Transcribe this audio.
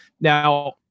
Now